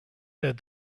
said